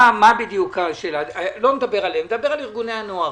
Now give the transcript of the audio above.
לא מדבר עליהם מדבר על ארגוני הנוער.